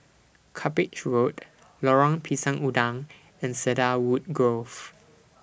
Cuppage Road Lorong Pisang Udang and Cedarwood Grove